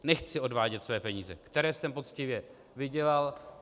Nechci odvádět své peníze, které jsem poctivě vydělal.